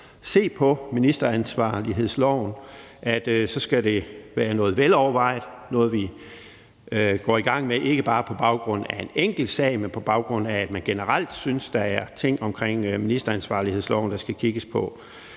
se på ministeransvarlighedsloven, skal det, vi går i gang med, være velovervejet og ikke bare være på baggrund af en enkeltsag, men på baggrund af, at man generelt synes, der er ting omkring ministeransvarlighedsloven, der skal kigges på.